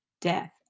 death